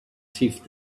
teeth